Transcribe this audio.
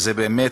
ובאמת,